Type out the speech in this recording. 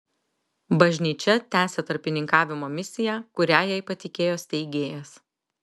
bažnyčia tęsia tarpininkavimo misiją kurią jai patikėjo steigėjas